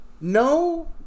no